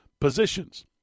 positions